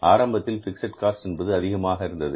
ஆரம்பத்தில் fixed cost என்பது அதிகமாக இருந்தது